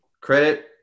credit